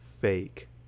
fake